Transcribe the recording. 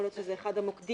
יכול להיות שזה אחד המוקדים,